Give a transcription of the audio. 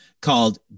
called